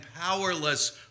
powerless